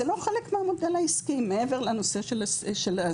זה לא חלק מהמודל העסקי, מעבר לנושא של הסיכונים,